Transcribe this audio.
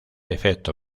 efecto